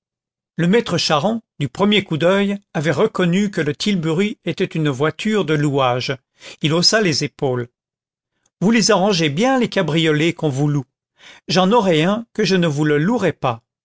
le maître charron du premier coup d'oeil avait reconnu que le tilbury était une voiture de louage il haussa les épaules vous les arrangez bien les cabriolets qu'on vous loue j'en aurais un que je ne vous le louerais pas